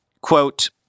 Quote